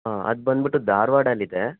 ಹಾಂ ಅದು ಬಂದ್ಬಿಟ್ಟು ಧಾರವಾಡದಲ್ಲಿ ಇದೆ